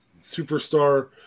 superstar